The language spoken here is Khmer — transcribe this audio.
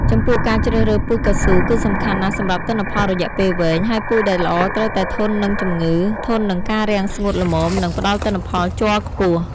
ចំពោះការជ្រើសរើសពូជកៅស៊ូគឺសំខាន់ណាស់សម្រាប់ទិន្នផលរយៈពេលវែង ហើយពូជដែលល្អត្រូវតែធន់នឹងជំងឺ ធន់នឹងការរាំងស្ងួតល្មម និងផ្តល់ទិន្នផលជ័រខ្ពស់។